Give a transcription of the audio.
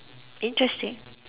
interesting